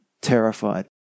terrified